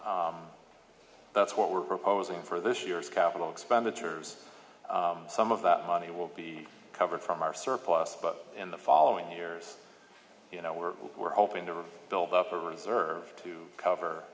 are that's what we're proposing for this year's capital expenditures some of that money will be covered from our surplus but in the following years you know we're hoping to build up a reserve to cover